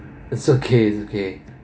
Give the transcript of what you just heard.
is okay is okay